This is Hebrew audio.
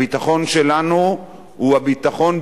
הביטחון שלנו הוא הביטחון,